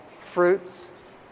fruits